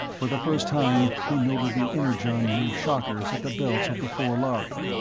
for the first time he noted the energon-ray shockers at the belts of the four lhari.